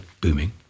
booming